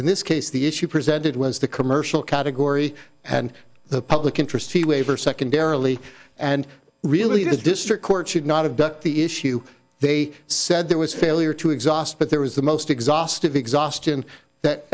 in this case the issue presented was the commercial category and the public interest he waiver secondarily and really the district court should not have ducked the issue they said there was failure to exhaust but there was the most exhaustive exhaustion that